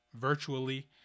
virtually